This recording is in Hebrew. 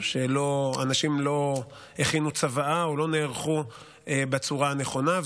והאנשים לא הכינו צוואה או לא נערכו בצורה הנכונה,